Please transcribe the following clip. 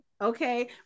Okay